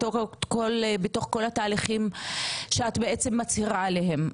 בתוך כל התהליכים שאת בעצם מצהירה עליהם,